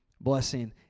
blessing